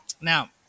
Now